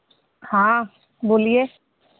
हाँ बोलिए